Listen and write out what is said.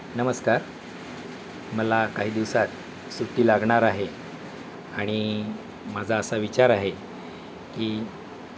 नमस्कार मला काही दिवसात सुट्टी लागणार आहे आणि माझा असा विचार आहे की